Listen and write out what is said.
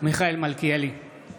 מיכאל מלכיאלי, נגד אבי